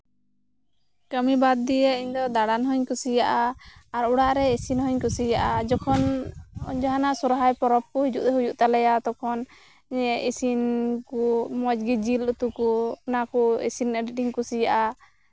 ᱠᱟᱹᱢᱤ ᱵᱟᱫ ᱫᱤ ᱮ ᱤᱧ ᱫᱚ ᱡᱟᱬᱟᱱ ᱦᱩᱧ ᱠᱩᱥᱤᱭᱟᱜᱼᱟ ᱟᱨ ᱚᱲᱟᱜ ᱨᱮ ᱤᱥᱤᱱ ᱦᱩᱧ ᱠᱩᱥᱤᱭᱟᱜᱼᱟ ᱡᱚᱠᱷᱚᱱ ᱡᱟᱦᱟᱱᱟᱜ ᱥᱚᱨᱦᱟᱭ ᱯᱚᱨᱚᱵᱽ ᱠᱚ ᱡᱚᱠᱷᱚᱱ ᱦᱤᱡᱩᱜ ᱦᱩᱭᱩᱜ ᱛᱟᱞᱮᱭᱟ ᱛᱚᱠᱷᱚᱱ ᱤᱧᱟᱹᱜ ᱤᱥᱤᱱ ᱠᱚ ᱢᱚᱡᱽ ᱜᱮ ᱡᱤᱞ ᱩᱛᱩ ᱚᱱᱟ ᱠᱚ ᱤᱥᱤᱱ ᱟᱹᱰᱤ ᱟᱸᱴᱤᱧ ᱠᱩᱥᱤᱭᱟᱜᱼᱟ